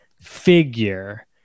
figure